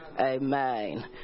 amen